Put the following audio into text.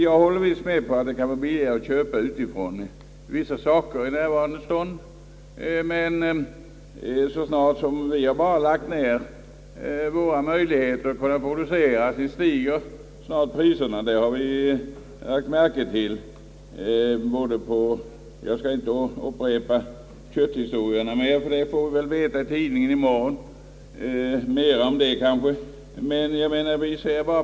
Jag håller med om att det kan bli billigare att köpa vissa saker utifrån i närvarande stund, men så snart vi har lagt ner våra möjligheter att producera stiger priserna. Det har vi lagt märke till tidigare. Jag skall inte upprepa kötthistorierna. Det får vi väl läsa mer om i tidningarna i morgon. Vi kan bara se på en sak.